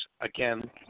again